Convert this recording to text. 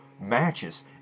matches